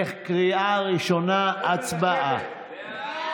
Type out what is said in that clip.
בקריאה ראשונה, הצבעה.